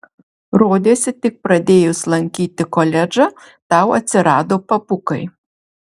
rodėsi tik pradėjus lankyti koledžą tau atsirado papukai